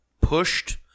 pushed